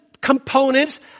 components